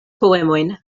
poemojn